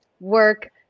work